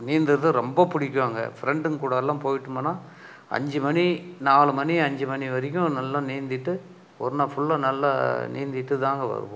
நீந்துறது ரொம்ப பிடிக்குங்க பிரெண்ட்டுங்க கூடல்லாம் போயிட்டமுன்னா அஞ்சுமணி நாலுமணி அஞ்சு மணி வரைக்கும் நல்லா நீந்திவிட்டு ஒருநாள் ஃபுல்லாக நல்லா நீந்திவிட்டுதாங்க வருவோம்